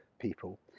people